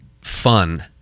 fun